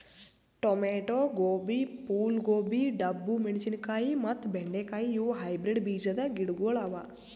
tomato, ಗೋಬಿ, ಫೂಲ್ ಗೋಬಿ, ಡಬ್ಬು ಮೆಣಶಿನಕಾಯಿ ಮತ್ತ ಬೆಂಡೆ ಕಾಯಿ ಇವು ಹೈಬ್ರಿಡ್ ಬೀಜದ್ ಗಿಡಗೊಳ್ ಅವಾ